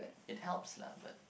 it helps lah but